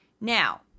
Now